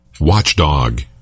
Watchdog